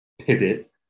pivot